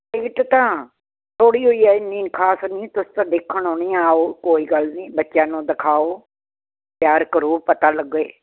ticket ਤਾਂ ਥੋੜੀ ਹੋਈ ਐ ਐਨੀ ਖਾਸ ਨੀ ਤੁਸੀਂ ਤਾਂ ਦੇਖਣ ਆਉਣਾ ਆਓ ਕੋਈ ਗੱਲ ਨੀ ਬੱਚਿਆਂ ਨੂੰ ਦਿਖਾਓ ਪਿਆਰ ਕਰੋ ਪਤਾ ਲੱਗੇ